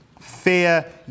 fear